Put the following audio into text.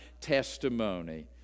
testimony